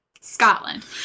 Scotland